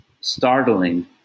startling